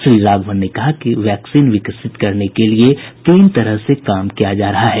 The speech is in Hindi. श्री राघवन ने कहा कि वैक्सीन विकसित करने के लिए तीन तरह से काम किया जा रहा है